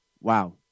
Wow